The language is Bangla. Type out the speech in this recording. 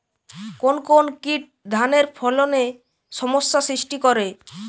কোন কোন কীট ধানের ফলনে সমস্যা সৃষ্টি করে?